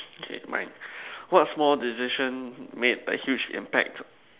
what four decision made by huge impact